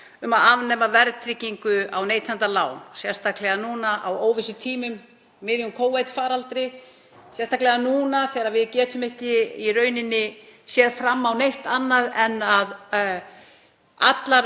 um að afnema verðtryggingu á neytendalán, sérstaklega núna á óvissutímum í miðjum Covid-faraldri, sérstaklega núna þegar við getum ekki séð neitt annað en að allir